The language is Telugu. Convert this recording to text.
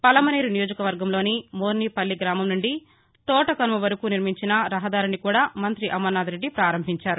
పలమనేరు నియోజక వర్గంలోని మోర్నిమపల్లి గ్రామం నుండి తోటకనుమ వరకు నిర్మించిన రహదారిని కూడా మంగ్రితి అమరనాదరెడ్డి ప్రారంభించారు